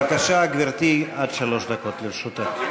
בבקשה, גברתי, עד שלוש דקות לרשותך.